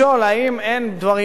מותר לנו לפחות לשמוע,